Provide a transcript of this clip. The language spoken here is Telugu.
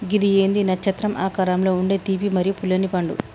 గిది ఏంది నచ్చత్రం ఆకారంలో ఉండే తీపి మరియు పుల్లనిపండు